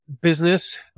business